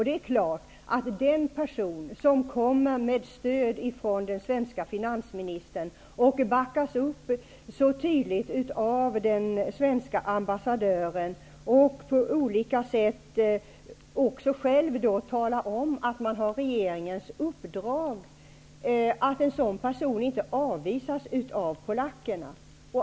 Det är klart att den person som har stöd från den svenska finansministern och backas upp så tydligt av den svenska ambassadören, och på olika sätt själv talar om att han har regeringens uppdrag, inte avvisas av polackerna.